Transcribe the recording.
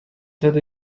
that